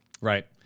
Right